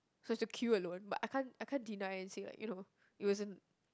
so I have to queue alone but I can't I can't deny and say like you know it wasn't